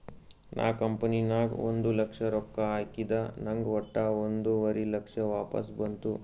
ನಾ ಕಂಪನಿ ನಾಗ್ ಒಂದ್ ಲಕ್ಷ ರೊಕ್ಕಾ ಹಾಕಿದ ನಂಗ್ ವಟ್ಟ ಒಂದುವರಿ ಲಕ್ಷ ವಾಪಸ್ ಬಂತು